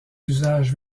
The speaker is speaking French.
usages